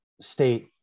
state